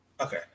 okay